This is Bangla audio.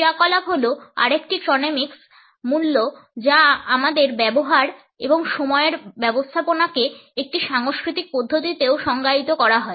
ক্রিয়াকলাপ হল আরেকটি ক্রোনেমিক্স মূল্য যা আমাদের ব্যবহার এবং সময়ের ব্যবস্থাপনাকে একটি সাংস্কৃতিক পদ্ধতিতেও সংজ্ঞায়িত করা হয়